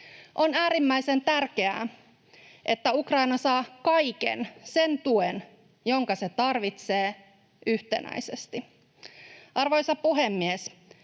On äärimmäisen tärkeää, että Ukraina saa kaiken sen tuen, jonka se tarvitsee yhtenäisesti. Arvoisa puhemies!